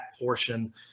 portion